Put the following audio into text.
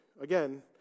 Again